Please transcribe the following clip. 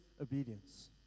obedience